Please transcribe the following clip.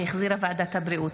שהחזירה ועדת הבריאות.